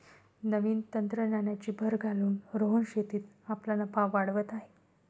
नवीन तंत्रज्ञानाची भर घालून रोहन शेतीत आपला नफा वाढवत आहे